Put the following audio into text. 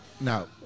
No